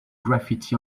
graffiti